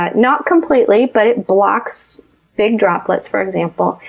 ah not completely, but it blocks big droplets, for example,